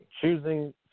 choosing